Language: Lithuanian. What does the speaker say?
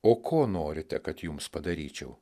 o ko norite kad jums padaryčiau